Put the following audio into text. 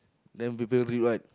then people read what